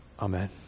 Amen